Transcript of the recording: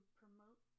promote